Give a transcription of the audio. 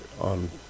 on